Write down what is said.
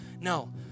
No